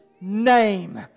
Name